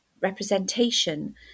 representation